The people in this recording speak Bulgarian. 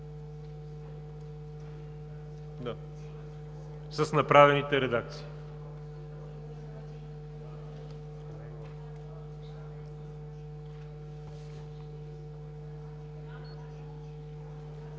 с направените редакции.